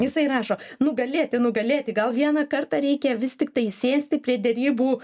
jisai rašo nugalėti nugalėti gal vieną kartą reikia vis tiktai sėsti prie derybų